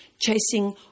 Chasing